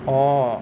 orh